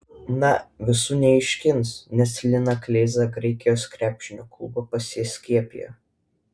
na visų neišskins nes liną kleizą graikijos krepšinio klube paskiepijo